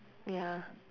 ya